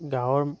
গাঁৱৰ